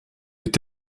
est